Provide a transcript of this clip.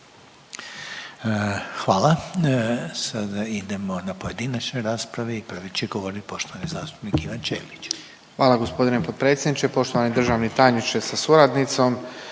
Hvala. Sada idemo na pojedinačne rasprave i prvi će govoriti poštovani zastupnik Ivan Ćelić. **Ćelić, Ivan (HDZ)** Hvala gospodine potpredsjedniče. Poštovani državni tajniče sa suradnicom,